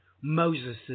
Moses